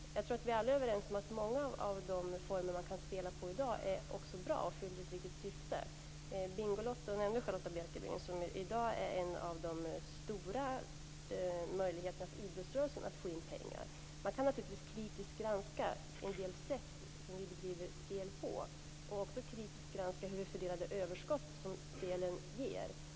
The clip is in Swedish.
Jag tror att vi alla är överens om att många av dagens spelformer är bra och fyller ett viktigt syfte. Charlotta Bjälkebring nämnde Bingolotto, som i dag är en av de stora möjligheterna för idrottsrörelsen att få in pengar. Man kan naturligtvis kritiskt granska en del av de sätt på vilka vi bedriver spel, och också hur vi fördelar det överskott som spelen ger.